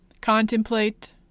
contemplate